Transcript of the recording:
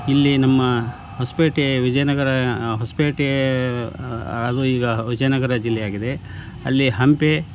ಇಲ್ಲಿ ನಮ್ಮ ಹೊಸ್ಪೇಟೆ ವಿಜಯನಗರ ಹೊಸ್ಪೇಟೆ ಹಾಗೂ ಈಗ ವಿಜಯನಗರ ಜಿಲ್ಲೆಯಾಗಿದೆ ಅಲ್ಲಿ ಹಂಪೆ